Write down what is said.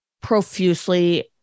profusely